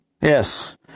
Yes